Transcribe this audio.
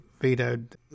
vetoed